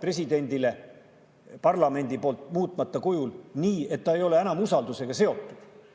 presidendi lauale parlamendi poolt muutmata kujul nii, et see ei ole enam usaldusega seotud.